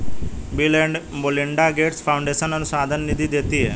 bill and Melinda Gates Foundation अनुसंधान निधि देती है